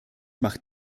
macht